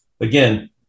Again